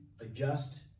adjust